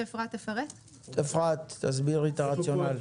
אפרת, תסבירי את הרציונל.